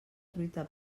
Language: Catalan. truita